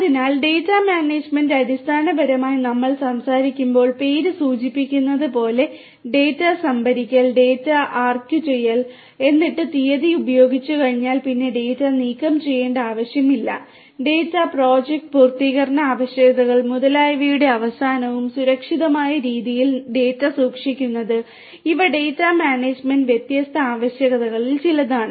അതിനാൽ data management അടിസ്ഥാനപരമായി നമ്മൾ സംസാരിക്കുമ്പോൾ പേര് സൂചിപ്പിക്കുന്നത് പോലെ ഡാറ്റ സംഭരിക്കൽ ഡാറ്റ ആർക്കൈവുചെയ്യൽ എന്നിട്ട് തീയതി ഉപയോഗിച്ചുകഴിഞ്ഞാൽ പിന്നെ ഡാറ്റ നീക്കം ചെയ്യേണ്ട ആവശ്യമില്ല ഡാറ്റ പ്രോജക്റ്റ് പൂർത്തീകരണ ആവശ്യകതകൾ മുതലായവയുടെ അവസാനം സുരക്ഷിതമായ രീതിയിൽ ഡാറ്റ സൂക്ഷിക്കുന്നത് ഇവ ഡാറ്റാ മാനേജ്മെന്റിന്റെ വ്യത്യസ്ത ആവശ്യകതകളിൽ ചിലതാണ്